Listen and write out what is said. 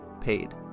Paid